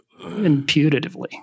Imputatively